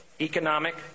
economic